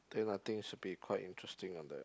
then I think should be quite interesting on that